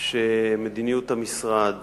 שמדיניות המשרד